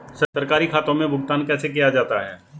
सरकारी खातों में भुगतान कैसे किया जाता है?